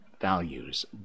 Values